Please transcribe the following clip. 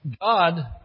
God